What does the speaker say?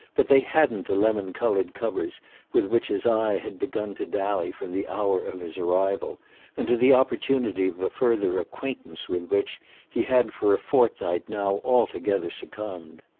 but they hadn't the lemon-coloured covers with which his eye had begun to dally from the hour of his arrival and to the opportunity of a further acquaintance with which he had for a fortnight now altogether succumbed.